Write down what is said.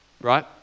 right